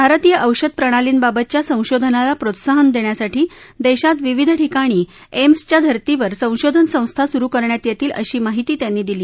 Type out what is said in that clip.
भारतीय औषध प्रणार्लीबाबतच्या संशोधनाला प्रोत्साहन देण्यासाठी देशात विविध ठिकाणी एम्सच्या धर्तीवर संशोधन संस्था सुरु करण्यात येतील अशी माहिती त्यांनी दिली